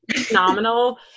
phenomenal